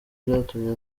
byatumye